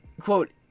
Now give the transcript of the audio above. Quote